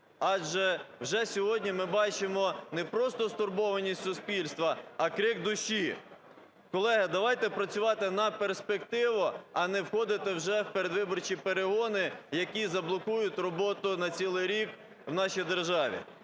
адже вже сьогодні ми бачимо не просто стурбованість суспільства, а крик душі. Колеги, давайте працювати на перспективу, а не входити вже в передвиборчі перегони, які заблокують роботу на цілий рік в нашій державі.